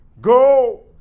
Go